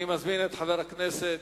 אני מזמין את חבר הכנסת